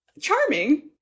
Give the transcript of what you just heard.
charming